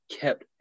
kept